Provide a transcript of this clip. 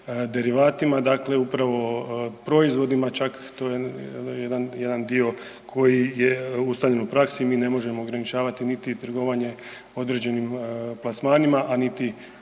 derivatima, dakle upravo proizvodima čak, to je jedan dio koji je ustaljen u praksi, mi ne možemo ograničavati niti trgovanje određenim plasmanima, a niti